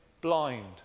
blind